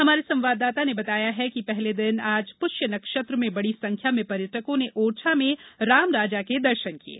हमारे संवाददाता ने बताया है कि पहले दिन आज पुष्य नक्षत्र में बड़ी संख्या में पर्यटकों ने ओरछा में रामराजा के दर्शन किये